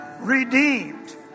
redeemed